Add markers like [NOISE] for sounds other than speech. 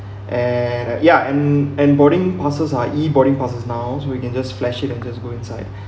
and ya and and boarding passes are e boarding passes now we can just flash it and just go inside [BREATH]